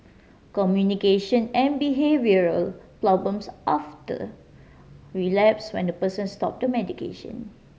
communication and behavioural problems often relapse when the person stops the medication